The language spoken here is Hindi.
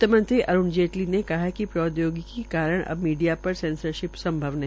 वित्तमंत्री अरूण जेटली ने कहा है कि प्रौद्योगिकी के कारण अब मीडिया पर सेंसरशिप संभव नहीं